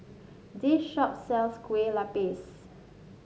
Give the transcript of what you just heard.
this shop sells Kueh Lapis